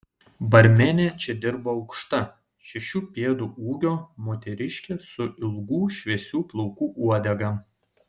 barmene čia dirbo aukšta šešių pėdų ūgio moteriškė su ilgų šviesių plaukų uodega